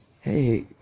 hey